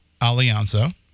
Alianza